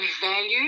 value